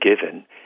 given